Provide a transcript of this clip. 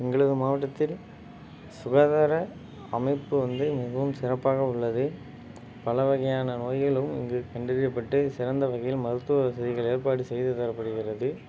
எங்களது மாவட்டத்தில் சுகாதார அமைப்பு வந்து மிகவும் சிறப்பாக உள்ளது பல வகையான நோய்களும் இங்கு கண்டறியப்பட்டு சிறந்த வகையில் மருத்துவ வசதிகள் ஏற்பாடு செய்து தரப்படுகிறது